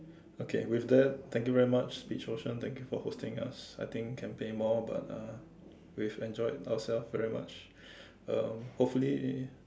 okay with that thank you very much speech ocean thank you for hosting us I think can pay more but uh we've enjoyed ourselves very much um hopefully